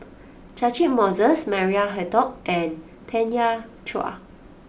Catchick Moses Maria Hertogh and Tanya Chua